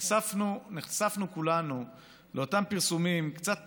נחשפנו כולנו לאותם פרסומים, קצת